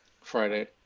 Friday